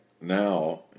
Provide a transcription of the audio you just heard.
now